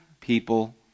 people